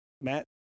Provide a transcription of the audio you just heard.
Matt